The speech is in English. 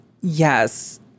yes